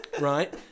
Right